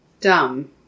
dumb